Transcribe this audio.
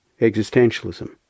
existentialism